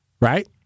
right